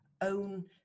own